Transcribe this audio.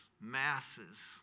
masses